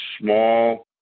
small